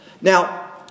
Now